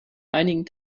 einigen